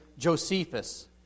Josephus